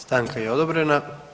Stanka je odobrena.